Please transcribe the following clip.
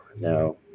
no